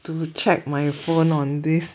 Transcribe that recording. to check my phone on this